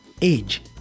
Age